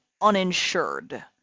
uninsured